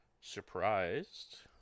surprised